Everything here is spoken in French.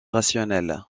rationnelle